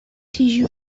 tissue